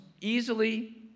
easily